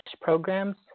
programs